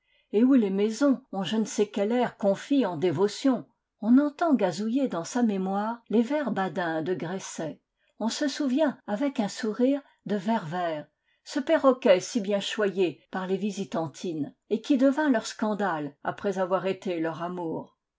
et où les maisons ont je ne sais quel air confit en dévotion on entend gazouiller dans sa inémoire les vers badins de gresset on se souvient avec un sourire de vert vert ce perroquet si bien choyé par les visitandines et qui devint leur scandale après avoir été leur amour